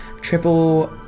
triple